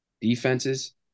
defenses